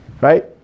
right